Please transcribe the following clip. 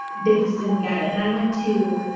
they just didn't get it. and i went to